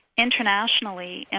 internationally, and